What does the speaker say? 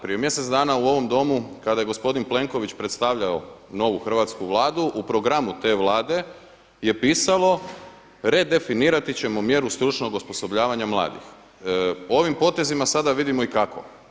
Prije mjesec dana u ovom Domu kada je gospodin Plenković predstavljao novu hrvatsku Vladu u programu te Vlade je pisalo redefinirati ćemo mjeru stručnog osposobljavanja mladih, ovim potezima sada vidimo i kako.